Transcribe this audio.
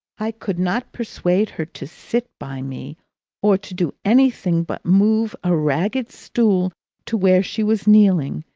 i could not persuade her to sit by me or to do anything but move a ragged stool to where she was kneeling,